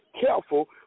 careful